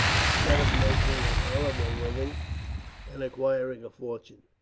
instead of making an honorable living and acquiring a fortune.